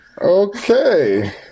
Okay